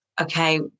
okay